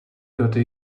gotti